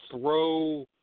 throw